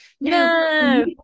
no